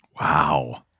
Wow